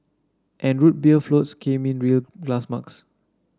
and Root Beer floats came in real glass mugs